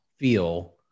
Feel